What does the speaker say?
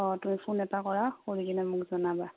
অঁ তুমি ফোন এটা কৰা কৰি কিনে মোক জনাবা